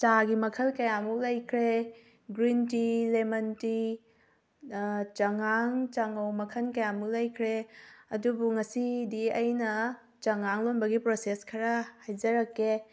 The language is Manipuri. ꯆꯥꯒꯤ ꯃꯈꯜ ꯀꯌꯥꯃꯨꯛ ꯂꯩꯈ꯭ꯔꯦ ꯒ꯭ꯔꯤꯟ ꯇꯤ ꯂꯦꯃꯟ ꯇꯤ ꯆꯉꯥꯡ ꯆꯥꯉꯧ ꯃꯈꯜ ꯀꯌꯥꯃꯨꯛ ꯂꯩꯈ꯭ꯔꯦ ꯑꯗꯨꯕꯨ ꯉꯁꯤꯗꯤ ꯑꯩꯅ ꯆꯉꯥꯡ ꯂꯣꯟꯕꯒꯤ ꯄ꯭ꯔꯣꯁꯦꯁ ꯈꯔ ꯍꯥꯏꯖꯔꯛꯀꯦ